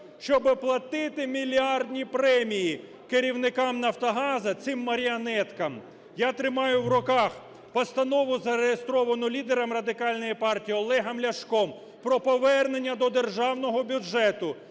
щоб платити мільярдні премії керівникам "Нафтогазу", цим маріонеткам. Я тримаю в руках Постанову, зареєстровану лідером Радикальної партії Олегом Ляшком, про повернення до державного бюджету